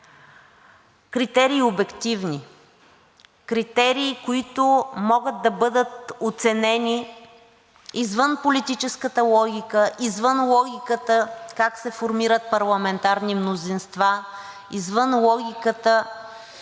критерии, обективни, критерии, които могат да бъдат оценени извън политическата логика, извън логиката как се формират парламентарни мнозинства, извън логиката